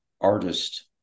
artist